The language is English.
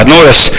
Notice